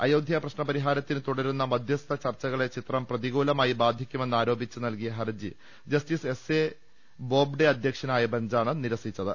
അയോധ്യ പ്രശ്ന പരിഹാരത്തിന് തുടരുന്ന മധ്യസ്ഥ ചർച്ചകളെ ചിത്രം പ്രതികൂല മായി ബാധിക്കുമെന്നാരോപിച്ച് നൽകിയ ഹർജി ജസ്റ്റിസ് എസ് എ ബോബ്ഡെ അധ്യക്ഷനായ ബെഞ്ചാണ് നിരസിച്ചത്